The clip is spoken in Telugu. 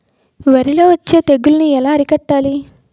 వరిలో వచ్చే తెగులని ఏలా అరికట్టాలి?